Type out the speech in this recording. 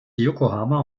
yokohama